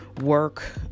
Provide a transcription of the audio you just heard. work